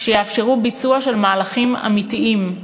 שיאפשרו ביצוע של מהלכים אמיתיים,